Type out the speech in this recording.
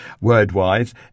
word-wise